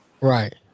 Right